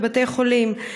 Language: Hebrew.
בבתי-חולים,